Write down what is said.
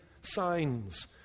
signs